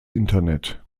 internet